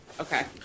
okay